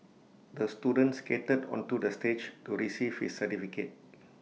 the student skated onto the stage to receive his certificate